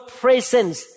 presence